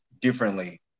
differently